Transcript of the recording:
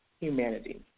humanity